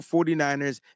49ers